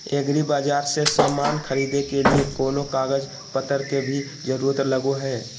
एग्रीबाजार से समान खरीदे के लिए कोनो कागज पतर के भी जरूरत लगो है?